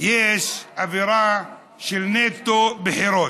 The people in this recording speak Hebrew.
יש אווירה של נטו בחירות.